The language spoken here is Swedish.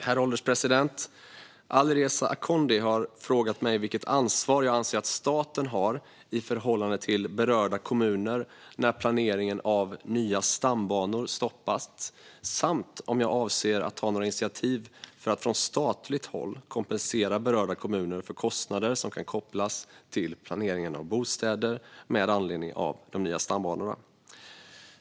Herr ålderspresident! Alireza Akhondi har frågat mig vilket ansvar jag anser att staten har i förhållande till berörda kommuner när planeringen av nya stambanor stoppats samt om jag avser att ta några initiativ för att från statligt håll kompensera berörda kommuner för kostnader som kan kopplas till planeringen av bostäder med anledning av de nya stambanorna.